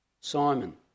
Simon